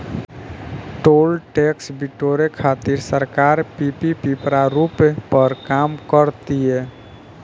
toll tax बिटोरे खातिर सरकार पीपीपी प्रारूप पर काम कर तीय